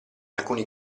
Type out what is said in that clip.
alcuni